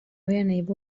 vienība